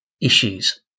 issues